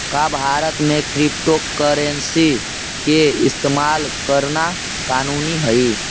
का भारत में क्रिप्टोकरेंसी के इस्तेमाल करना कानूनी हई?